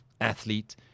athlete